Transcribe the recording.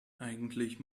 eigentlich